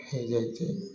ହୋଇଯାଇଛି